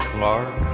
Clark